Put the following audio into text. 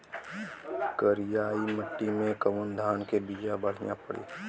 करियाई माटी मे कवन धान के बिया बढ़ियां पड़ी?